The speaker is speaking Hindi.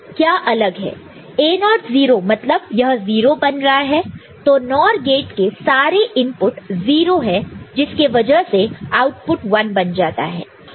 तो A0 0 मतलब यह 0 बन रहा है तो NOR गेट के सारे इनपुट 0 है जिसके वजह से आउटपुट 1 बन जाता है